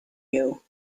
you